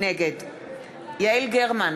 נגד יעל גרמן,